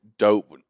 Dope